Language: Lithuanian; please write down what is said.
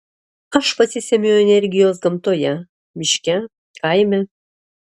aš pasisemiu energijos gamtoje miške kaime